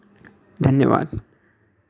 धन्यवाद